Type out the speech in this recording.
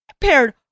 paired